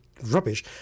rubbish